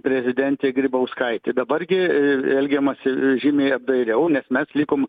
prezidentė grybauskaitė dabar gi elgiamasi žymiai apdairiau nes mes likom